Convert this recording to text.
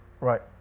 Right